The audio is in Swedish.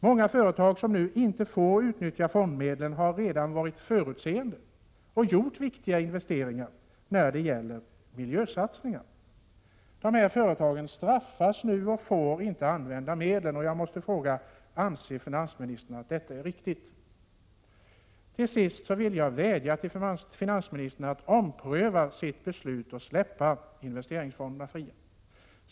Många företag som nu inte får utnyttja fondmedlen har redan varit förutseende och gjort viktiga miljöinvesteringar. Dessa företag straffas nu och får inte använda medlen, och jag måste fråga om finansministern anser att detta är riktigt. Jag vill till sist vädja till finansministern att ompröva sitt beslut och släppa investeringsfonderna fria.